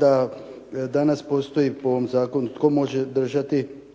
da danas postoji po ovom zakonu tko može držati